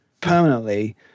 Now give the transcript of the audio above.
permanently